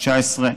2018 ו-2019,